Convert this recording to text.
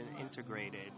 integrated